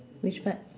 which part